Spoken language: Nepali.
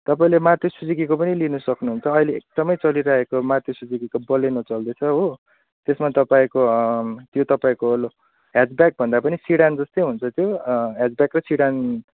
तपाईँले मारुति सुजुकीको पनि लिन सक्नुहुन्छ अहिले एकदमै चलिरहेको मारुति सुजुकीको बलेनो चल्दैछ हो त्यसमा तपाईँको त्यो तपाईँको यो हेडब्याग भन्दा पनि सिडान जस्तै हुन्छ त्यो हेडब्यागको सिडान